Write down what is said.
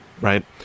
Right